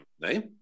name